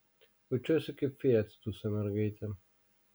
jaučiuosi kaip fėja atsiduso mergaitė